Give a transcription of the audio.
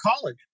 college